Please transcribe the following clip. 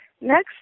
next